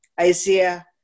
Isaiah